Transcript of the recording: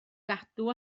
gadw